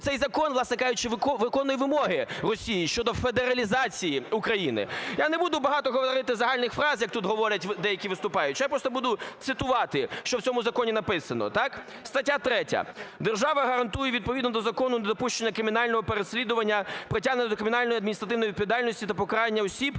цей закон, власне кажучи, виконує вимоги Росії щодо федералізації України. Я не буду багато говорити загальних фраз, як тут говорять деякі виступаючі, я просто буду цитувати, що в цьому законі написано. Так: "Стаття 3. Держава гарантує відповідно до закону недопущення кримінального переслідування, притягнення до кримінальної, адміністративної відповідальності та покарання осіб,